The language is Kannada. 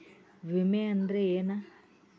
ವಿಮೆ ಅಂದ್ರೆ ಏನ?